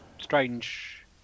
strange